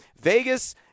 Vegas